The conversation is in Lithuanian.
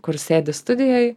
kur sėdi studijoj